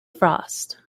frost